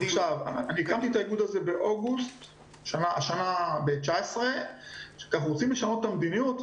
הקמתי את האיגוד הזה באוגוסט 2019 כדי לשנות את המדיניות,